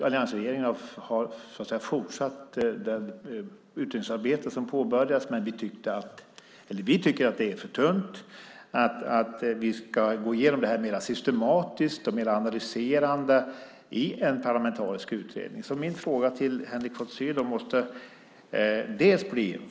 Alliansregeringen har fortsatt det utredningsarbete som påbörjats. Vi tycker att det är för tunt. Vi tycker att vi ska gå igenom det här mer systematiskt och mer analyserande i en parlamentarisk utredning. Jag har två frågor till Henrik von Sydow.